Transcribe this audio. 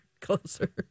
closer